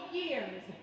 years